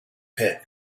pit